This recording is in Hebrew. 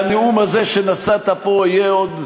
והנאום הזה שנשאת פה יהיה עוד,